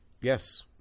Yes